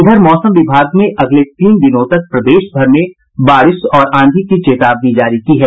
इधर मौसम विभाग ने अगले तीन दिनों तक प्रदेशभर में बारिश और आंधी की चेतावनी जारी की है